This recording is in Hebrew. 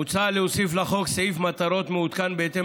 מוצע להוסיף לחוק סעיף מטרות מעודכן בהתאם